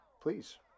Please